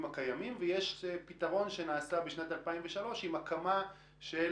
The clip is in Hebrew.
הקיימים; ויש פתרון שנעשה בשנת 2003 עם הקמה של